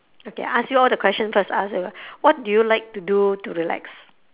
okay I ask you all the questions first I ask you the que~ what do you like to do to relax